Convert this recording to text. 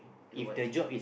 you don't mind